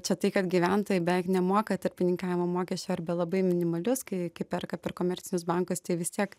čia tai kad gyventojai beveik nemoka tarpininkavimo mokesčio arba labai minimalius kai kai perka per komercinius bankus tai vis tiek